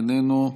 איננו,